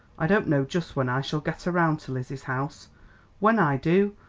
i don't know just when i shall get around to lizzie's house when i do,